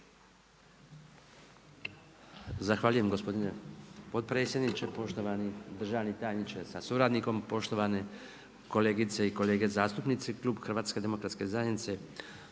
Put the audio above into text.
Zahvaljujem gospodine potpredsjedniče, poštovani državni tajniče sa suradnikom, poštovane kolegice i kolege zastupnici. Klub HDZ-a podržati će prijedlog